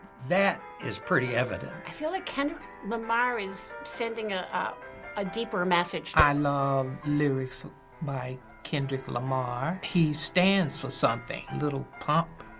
that is pretty evident. i feel like kendrick lamar is sending a ah ah deeper message. i love lyrics by kendrick lamar. he stands for something. lil pump.